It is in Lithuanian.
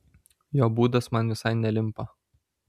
jo būdas man visai nelimpa